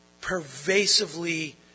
pervasively